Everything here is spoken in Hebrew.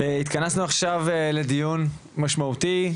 התכנסנו עכשיו לדיון משמעותי,